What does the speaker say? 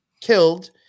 killed